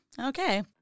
Okay